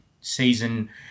season